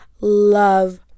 love